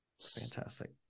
fantastic